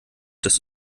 des